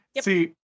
See